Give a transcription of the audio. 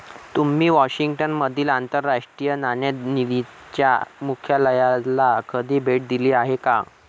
तुम्ही वॉशिंग्टन मधील आंतरराष्ट्रीय नाणेनिधीच्या मुख्यालयाला कधी भेट दिली आहे का?